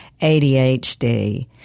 ADHD